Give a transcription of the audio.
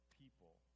people